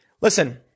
Listen